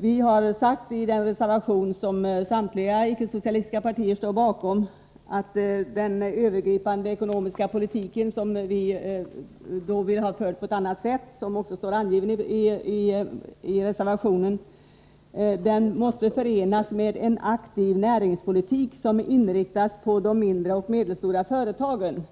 Vi har sagt i den reservation som samtliga icke-socialistiska partier står bakom att den övergripande ekonomiska politiken, som vi vill föra på annat sätt, vilket också står angivet i reservationen, måste förenas med en aktiv näringspolitik som inriktas på de mindre och medelstora företagen.